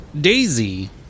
Daisy